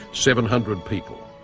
seven hundred people.